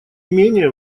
менее